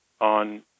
on